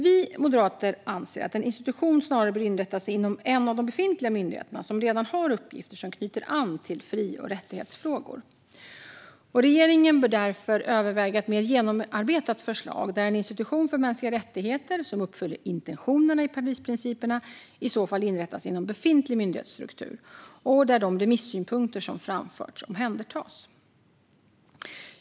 Vi moderater anser att en institution snarare bör inrättas inom en av de befintliga myndigheter som redan har uppgifter som knyter an till fri och rättighetsfrågor. Regeringen bör därför överväga ett mer genomarbetat förslag där en institution för mänskliga rättigheter som uppfyller intentionerna i Parisprinciperna i så fall inrättas inom befintlig myndighetsstruktur, där de remissynpunkter som framförts också omhändertas.